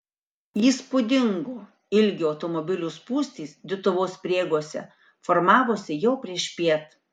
įspūdingo ilgio automobilių spūstys dituvos prieigose formavosi jau priešpiet